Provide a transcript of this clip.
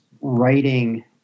writing